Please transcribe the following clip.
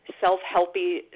self-helpy